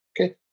Okay